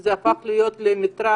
זה הפך להיות למטרד,